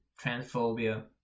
transphobia